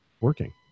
working